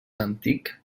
antic